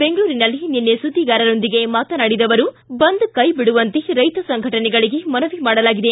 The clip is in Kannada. ಬೆಂಗಳೂರಿನಲ್ಲಿ ನಿನ್ನೆ ಸುದ್ದಿಗಾರರೊಂದಿಗೆ ಮಾತನಾಡಿದ ಅವರು ಬಂದ್ ಕೈಬಿಡುವಂತೆ ರೈತ ಸಂಘಟನೆಗಳಿಗೆ ಮನವಿ ಮಾಡಲಾಗಿದೆ